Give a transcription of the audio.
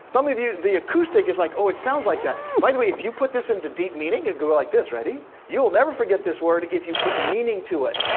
some of you, the acoustic is like, oh it sounds like that. by the way, if you put this into deep meaning and do it like this, ready? you will never forget this word if you put meaning to it.